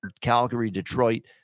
Calgary-Detroit